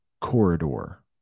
corridor